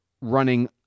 running